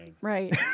Right